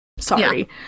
Sorry